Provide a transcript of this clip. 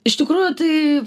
iš tikrųjų tai